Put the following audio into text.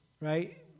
right